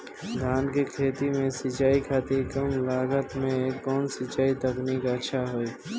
धान के खेती में सिंचाई खातिर कम लागत में कउन सिंचाई तकनीक अच्छा होई?